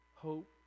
hope